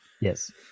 Yes